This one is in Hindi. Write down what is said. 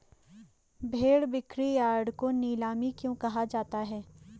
भेड़ बिक्रीयार्ड को नीलामी क्यों कहा जाता है?